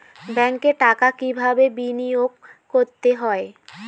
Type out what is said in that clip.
ব্যাংকে টাকা কিভাবে বিনোয়োগ করতে হয়?